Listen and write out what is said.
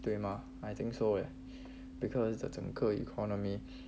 对 mah I think so eh because the 整个 economy